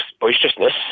boisterousness